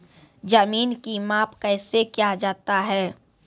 जमीन की माप कैसे किया जाता हैं?